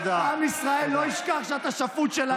עם ישראל לא ישכח שאתה שפוט שלהם,